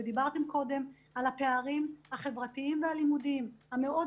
ודיברתם קודם על הפערים החברתיים והלימודיים המאוד